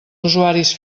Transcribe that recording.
usuaris